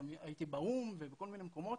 הייתי באו"ם ובכל מיני מקומות,